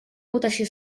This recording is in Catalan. votació